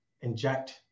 inject